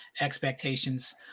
expectations